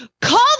call